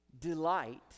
Delight